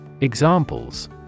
Examples